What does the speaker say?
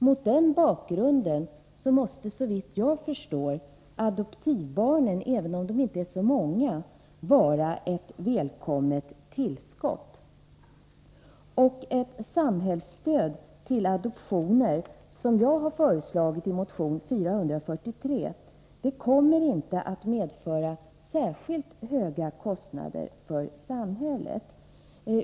Mot den bakgrunden måste, såvitt jag vet förstår, adoptivbarnen — även om de inte är så många — vara ett välkommet tillskott. Och ett samhällsstöd till adoptioner, som jag har föreslagit i motion 443, kommer inte att medföra särskilt höga kostnader för samhället.